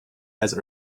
has